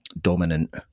dominant